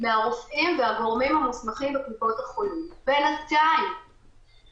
מדברים באמצעות בני משפחה שענו לנו או